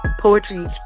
Poetry